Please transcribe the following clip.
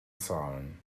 zahlen